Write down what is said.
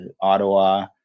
Ottawa